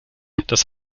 das